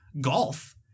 Golf